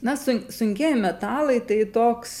na sun sunkieji metalai tai toks